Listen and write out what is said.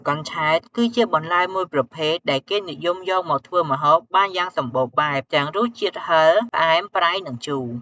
កញ្ឆែត គឺជាបន្លែមួយប្រភេទដែលគេនិយមយកមកធ្វើម្ហូបបានយ៉ាងសម្បូរបែប ទាំងរសជាតិហឹរ ផ្អែម ប្រៃ និងជូរ។